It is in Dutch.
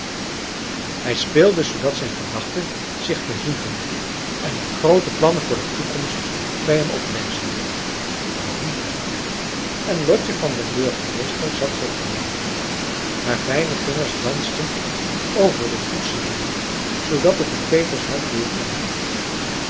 hij speelde zoodat zijn gedachten zich verhieven en er groote plannen voor de toekomst bij hem oprezen beroemdheid en lotje van den burgemeester zat voor de piano haar fijne vingers dansten over de toetsen heen zoodat het in peters hart weerklank vond